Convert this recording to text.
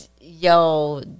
Yo